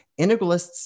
integralists